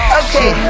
okay